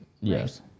Yes